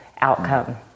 outcome